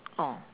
oh